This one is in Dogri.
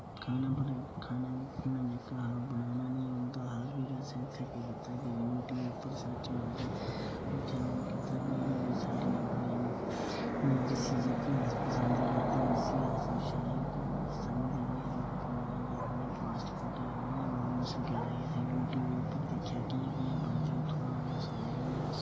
ते खाना जेह्का ओह् बनाना निं औंदा हा ते फिर में यूट्यूब उप्पर सर्च मारी ते उत्थें जेह्ड़ी बी साढ़ी हैन जिसी अस पसंद करदे उसी अस शैल जियां फॉस्ट फूड ऐ उसी अस यूट्यूब उप्पर शैल दिक्खेआ की कियां कियां बनदे ते उत्थुआं दिक्खेआ की शैल